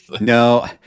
No